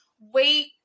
wait